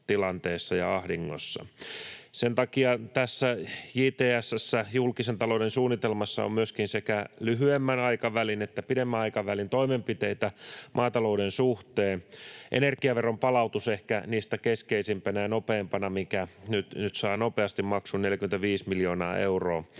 Sen takia tässä JTS:ssä, julkisen talouden suunnitelmassa, on myöskin sekä lyhyemmän aikavälin että pidemmän aikavälin toimenpiteitä maatalouden suhteen. Energiaveron palautus ehkä niistä keskeisimpänä ja nopeimpana, mikä nyt saa nopeasti maksun, 45 miljoonaa euroa.